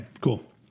cool